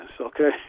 okay